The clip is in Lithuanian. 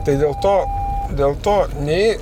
tai dėl to dėl to nei